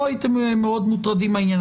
לא הייתם מאוד מוטרדים מהעניין.